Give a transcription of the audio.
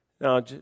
Now